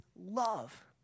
love